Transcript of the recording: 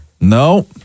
No